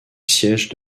siège